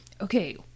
okay